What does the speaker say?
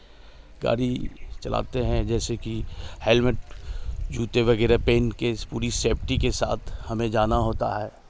गाड़ी चलाते हैं जैसे कि हेलमेट जूते वगैरह पहन कर पूरी सेफ्टी के साथ हमें जाना होता है